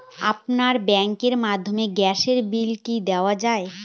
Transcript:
আপনার ব্যাংকের মাধ্যমে গ্যাসের বিল কি দেওয়া য়ায়?